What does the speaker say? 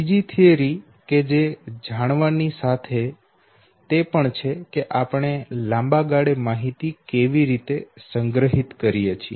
ત્રીજી થીયરી કે જે જાણવાની સાથે તે પણ છે કે આપણે લાંબા ગાળે માહિતી કેવી રીતે સંગ્રહિત કરીએ છીએ